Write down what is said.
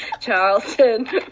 Charleston